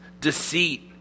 deceit